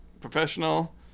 professional